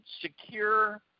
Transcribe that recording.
secure